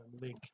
link